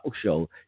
show